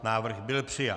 Návrh byl přijat.